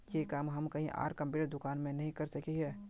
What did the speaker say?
ये काम हम कहीं आर कंप्यूटर दुकान में नहीं कर सके हीये?